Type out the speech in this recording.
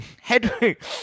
Hedwig